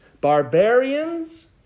barbarians